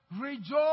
Rejoice